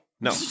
No